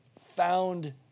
found